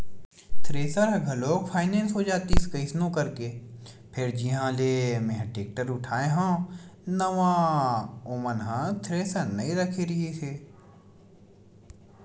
thresher ह घलोक finance हो जातिस कइसनो करके फेर जिहाँ ले मेंहा टेक्टर उठाय हव नवा ओ मन ह थेरेसर नइ रखे रिहिस हे